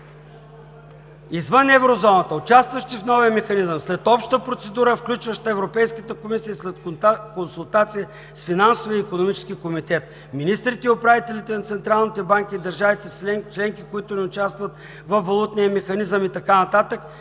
„...извън Еврозоната, участващи в новия механизъм след обща процедура, включваща Европейската комисия, и след консултация с финансовия икономически комитет. Министрите и управителите на централните банки и държавите членки, които не участват във валутния механизъм…“ – и така нататък.